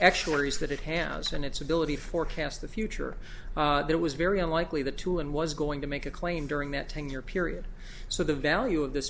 actuaries that it has and its ability forecast the future there was very unlikely that too and was going to make a claim during that ten year period so the value of this